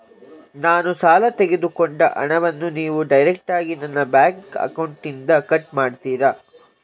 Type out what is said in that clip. ನಾನು ಸಾಲ ತೆಗೆದುಕೊಂಡ ಹಣವನ್ನು ನೀವು ಡೈರೆಕ್ಟಾಗಿ ನನ್ನ ಬ್ಯಾಂಕ್ ಅಕೌಂಟ್ ಇಂದ ಕಟ್ ಮಾಡ್ತೀರಾ?